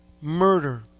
murder